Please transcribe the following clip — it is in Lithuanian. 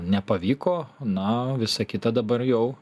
nepavyko na visa kita dabar jau